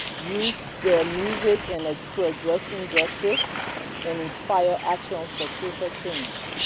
used their music and ah to address injustice and inspire action for social change.